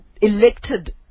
elected